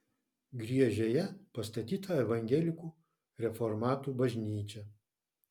griežėje pastatyta evangelikų reformatų bažnyčia